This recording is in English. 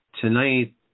tonight